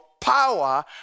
power